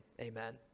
Amen